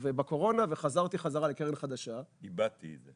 בקורונה וחזרתי חזרה לקרן חדשה איבדת את זה.